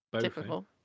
typical